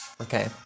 Okay